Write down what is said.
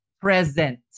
present